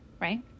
right